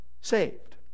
saved